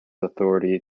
authority